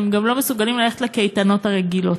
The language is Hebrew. גם לא מסוגלים ללכת לקייטנות הרגילות.